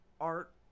art